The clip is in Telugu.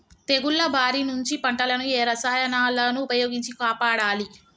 తెగుళ్ల బారి నుంచి పంటలను ఏ రసాయనాలను ఉపయోగించి కాపాడాలి?